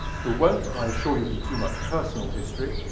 the won't, i assure you, be too much personal history,